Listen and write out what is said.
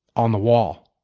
on the wall.